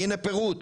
והנה פירוט